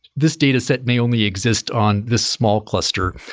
this data set may only exist on this small cluster.